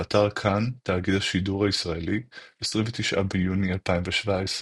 באתר כאן – תאגיד השידור הישראלי, 29 ביוני 2017,